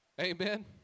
Amen